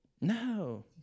No